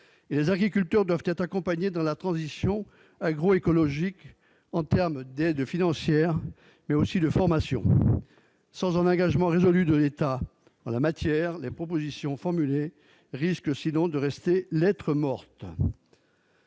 les agriculteurs doivent être accompagnés dans la transition agroécologique en termes d'aide financière, mais aussi de formation. Sans engagement résolu de l'État en la matière, les propositions formulées risquent de rester lettre morte.